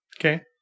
Okay